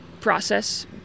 process